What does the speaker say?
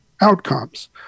outcomes